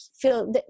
feel